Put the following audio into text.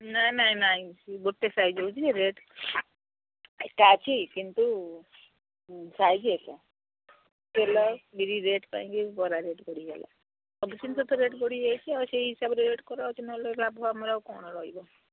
ନାଇଁ ନାଇଁ ନାଇଁ ଗୋଟେ ସାଇଜ୍ ହେଉଛି ରେଟ୍ ଏକା ଅଛି କିନ୍ତୁ ସାଇଜ୍ ଏକା ତେଲ ବିରି ରେଟ୍ ପାଇଁକି ବରା ରେଟ୍ ବଢ଼ିଗଲା ସବୁ ଜିନିଷ ତ ରେଟ୍ ବଢ଼ିଯାଇଛି ଆଉ ସେଇ ହିସାବରେ ରେଟ୍ କରାହଉଛି ନହେଲେ ଲାଭ ଆମର ଆଉ କ'ଣ ରହିବ